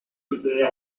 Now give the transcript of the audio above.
soutenir